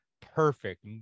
perfect